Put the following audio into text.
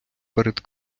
перед